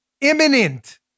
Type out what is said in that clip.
imminent